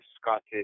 Scottish